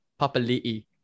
Papali'i